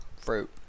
Fruit